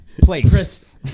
place